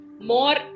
more